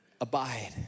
abide